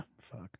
Fuck